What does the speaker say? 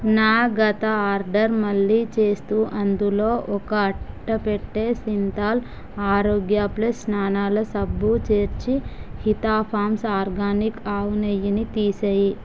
నా గత ఆర్డర్ మళ్ళీ చేస్తూ అందులో ఒక అట్టపెట్టె సింథాల్ ఆరోగ్య ప్లస్ స్నానాల సబ్బు చేర్చి హితా ఫామ్స్ ఆర్గానిక్ ఆవునెయ్యిని తీసేయి